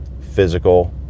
physical